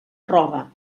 roba